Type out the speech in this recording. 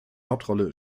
hauptrolle